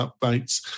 updates